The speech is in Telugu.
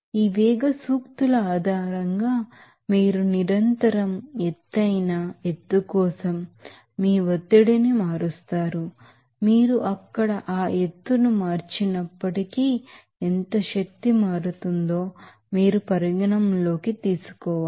ఈ వెలాసిటీ ఫార్ములా ఆధారంగా మీరు నిరంతరం ఎత్తైన ఎత్తు కోసం మీ ఒత్తిడిని మారుస్తారు మీరు అక్కడ ఆ ఎత్తును మార్చినప్పటికీ ఎంత శక్తి మారుతుందో మీరు పరిగణనలోకి తీసుకోవాలి